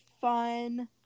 fun